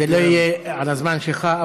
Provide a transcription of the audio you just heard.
זה לא יהיה על הזמן שלך,